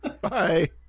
Bye